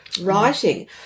writing